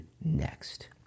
next